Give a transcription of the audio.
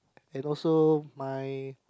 and also my